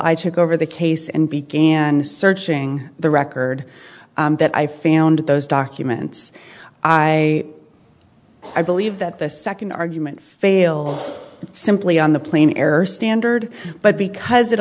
i took over the case and began searching the record that i found those documents i i believe that the second argument fails simply on the plain error standard but because it